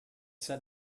set